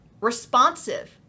responsive